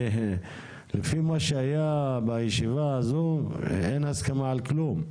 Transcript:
לפי מה שהיה בישיבה הזו, אין הסכמה על כלום,